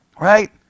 Right